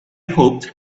hoped